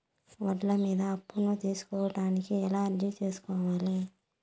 బండ్ల మీద అప్పును తీసుకోడానికి ఎలా అర్జీ సేసుకోవాలి?